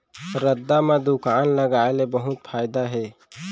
रद्दा म दुकान लगाय ले बहुत फायदा हे